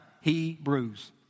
Hebrews